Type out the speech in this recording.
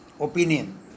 opinion